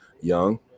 young